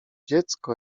dziecko